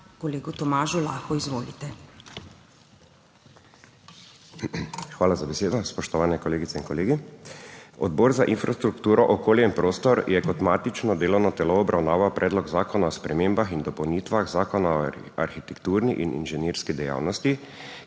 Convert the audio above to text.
LAH (PS Svoboda):** Hvala za besedo. Spoštovani kolegice in kolegi! Odbor za infrastrukturo, okolje in prostor je kot matično delovno telo obravnaval Predlog zakona o spremembah in dopolnitvah Zakona o arhitekturni in inženirski dejavnosti,